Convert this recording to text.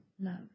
Love